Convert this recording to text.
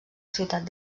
ciutat